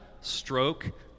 stroke